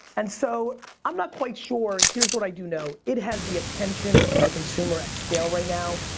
and so, i'm not quite sure. here's what i do know, it has the attention of the consumer at scale right now.